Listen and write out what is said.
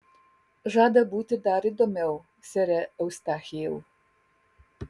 žada būti dar įdomiau sere eustachijau